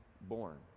born